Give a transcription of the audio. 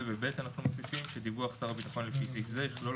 ובסעיף (ב) אנחנו מוסיפים שדיווח שר הביטחון לפי סעיף זה יכלול